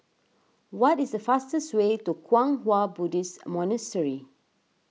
what is the fastest way to Kwang Hua Buddhist Monastery